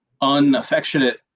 unaffectionate